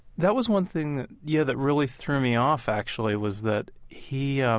that was one thing that, yeah, that really threw me off actually was that he, um